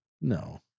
No